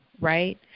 Right